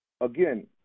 Again